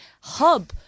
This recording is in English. hub